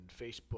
Facebook